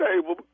table